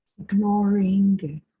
ignoring